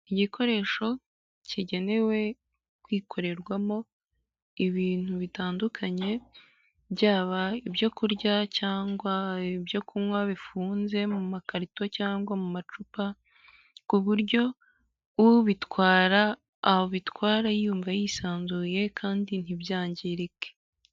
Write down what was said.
Igikoresho kigenewe kwikorerwamo ibintu bitandukanye byaba ibyo kurya cyangwa ibyo kunywa bifunze mu makarito cyangwa mu macupa ku buryo ubitwara abitwara yumva yisanzuye kandi ntibyangirike.